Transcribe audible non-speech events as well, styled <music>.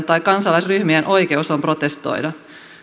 <unintelligible> tai kansalaisryhmillä on oikeus protestoida